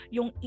Yung